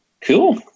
Cool